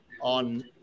on